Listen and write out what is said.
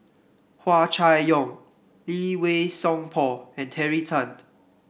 Hua Chai Yong Lee Wei Song Paul and Terry Tan